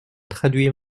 traduit